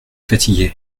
fatigués